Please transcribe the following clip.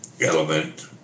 element